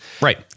Right